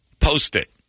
post-it